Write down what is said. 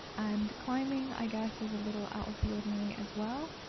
and climbing i guess is a little out of the ordinary as well,